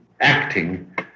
acting